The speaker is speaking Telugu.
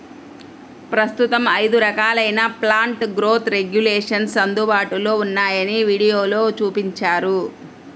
ప్రస్తుతం ఐదు రకాలైన ప్లాంట్ గ్రోత్ రెగ్యులేషన్స్ అందుబాటులో ఉన్నాయని వీడియోలో చూపించారు